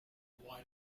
why